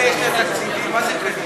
אלה יש להם תקציבים מה זה קלים.